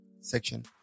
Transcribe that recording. section